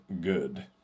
good